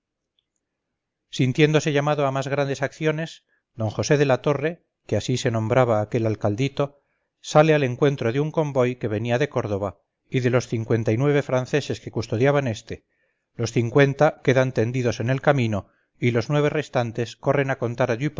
andaluza sintiéndose llamado a más grandes acciones don josé de la torre que así se nombraba aquel alcaldito sale al encuentro de un convoy que venía de córdoba y de los cincuenta y nueve franceses que custodiaban este los cincuenta quedan tendidos en el camino y los nueve restantes corren a contar